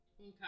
Okay